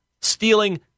Stealing